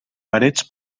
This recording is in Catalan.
parets